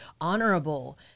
honorable